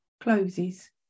closes